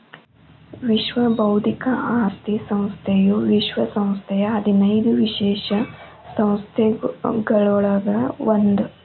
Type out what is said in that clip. ವಿಶ್ವ ಬೌದ್ಧಿಕ ಆಸ್ತಿ ಸಂಸ್ಥೆಯು ವಿಶ್ವ ಸಂಸ್ಥೆಯ ಹದಿನೈದು ವಿಶೇಷ ಸಂಸ್ಥೆಗಳೊಳಗ ಒಂದ್